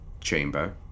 chamber